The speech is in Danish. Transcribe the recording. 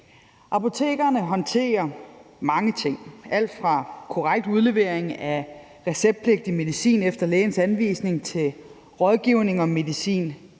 Apotekerne håndterer mange ting – alt fra korrekt udlevering af receptpligtig medicin efter lægens anvisning til rådgivning om medicin,